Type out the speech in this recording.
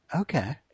Okay